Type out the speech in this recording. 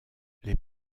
les